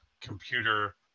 computer